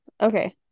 Okay